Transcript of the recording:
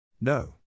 No